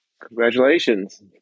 Congratulations